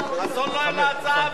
חסון לא העלה הצעה בכלל.